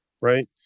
right